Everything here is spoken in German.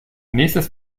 nächstes